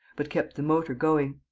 but kept the motor going.